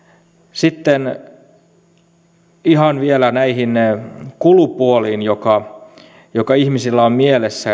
sitten ihan vielä näihin kulupuoliin jotka ihmisillä on mielessä